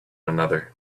another